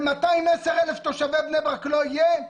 ל-210,000 תושבי בני ברק לא יהיה?